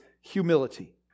humility